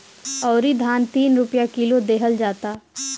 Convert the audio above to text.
अउरी धान तीन रुपिया किलो देहल जाता